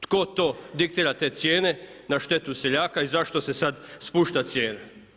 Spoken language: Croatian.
Tko to diktira te cijene na štetu seljaka i zašto se sad spušta cijena?